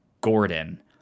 Gordon